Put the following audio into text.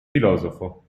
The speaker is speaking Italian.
filosofo